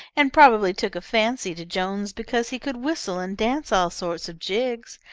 and probably took a fancy to jones because he could whistle and dance all sorts of jigs.